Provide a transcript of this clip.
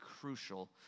crucial